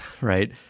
right